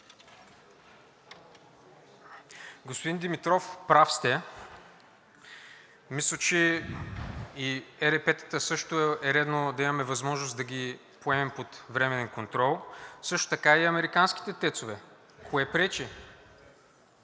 Господин Димитров, прав сте. Мисля, че ЕРП-тата също е редно да имаме възможност да ги поемем под временен контрол. Също така и американските ТЕЦ ове. Кое пречи?